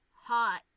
hot